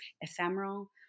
ephemeral